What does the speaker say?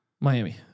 Miami